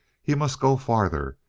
he must go farther.